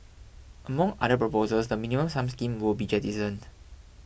among other proposals the Minimum Sum scheme will be jettisoned